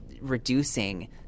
reducing